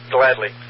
Gladly